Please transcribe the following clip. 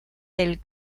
del